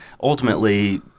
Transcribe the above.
ultimately—